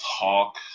talk